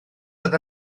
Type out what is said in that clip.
oedd